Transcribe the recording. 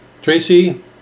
Tracy